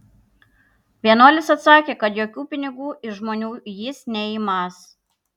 vienuolis atsakė kad jokių pinigų iš žmonių jis neimąs